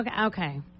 okay